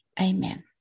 Amen